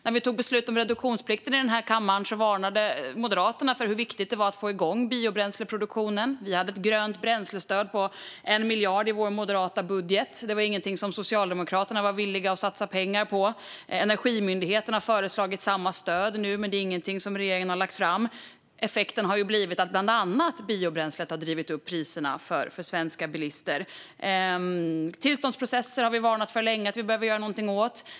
När vi tog beslut om reduktionsplikten i denna kammare pekade Moderaterna på hur viktigt det var att få igång biobränsleproduktionen. Vi hade ett grönt bränslestöd på 1 miljard i vår moderata budget. Det var ingenting som Socialdemokra-terna var villiga att satsa pengar på. Energimyndigheten har nu föreslagit samma stöd, men det är ingenting som regeringen har lagt fram. Effekten har blivit att bland annat biobränslet har drivit upp priserna för svenska bilister. Tillståndsprocesserna har vi också länge sagt att vi behöver göra någonting åt.